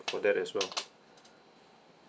for that as well